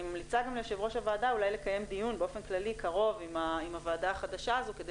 אני ממליצה ליו"ר הוועדה אולי לקיים דיון קרוב עם הוועדה החדשה הזאת כדי